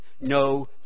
no